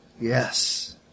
Yes